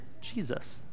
Jesus